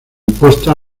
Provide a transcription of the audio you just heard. imposta